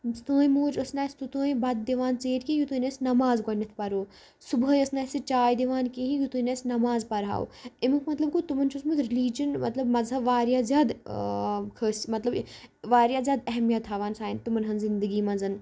سٲنۍ موج ٲس نہٕ اَسہِ توٚتام بَتہٕ دِوان ژیٖرۍ کہِ یوٚتام نہٕ أسۍ نٮ۪ماز گۄڈٕنٮ۪تھ پَرو صُبحٲے ٲس نہٕ اَسہِ سُہ چاے دِوان کِہیٖنۍ یوٚتام نہٕ أسۍ نٮ۪ماز پَرٕہَو اَمیُک مطلب گوٚو تِمَن چھِ اوسمُت رِلیٖجَن مطلب مَذہب واریاہ زیادٕ کھٔسۍ مطلب واریاہ زیادٕ اہمیت تھاوان سانہِ تِمَن ہٕنٛز زِندگی منٛز